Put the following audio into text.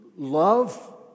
Love